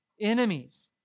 enemies